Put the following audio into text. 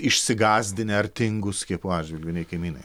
išsigąsdinę ar tingūs skiepų atžvilgiu nei kaimynai